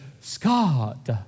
Scott